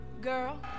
girl